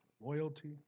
loyalty